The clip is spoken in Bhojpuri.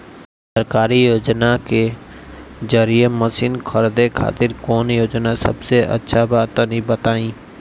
सरकारी योजना के जरिए मशीन खरीदे खातिर कौन योजना सबसे अच्छा बा तनि बताई?